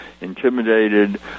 intimidated